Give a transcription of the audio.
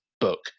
book